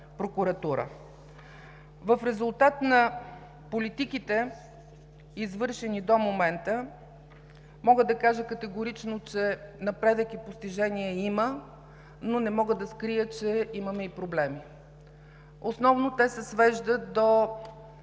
В резултат на политиките, извършени до момента, мога да кажа категорично, че напредък и постижение има, но не мога да скрия, че имаме проблеми и основно те се свеждат до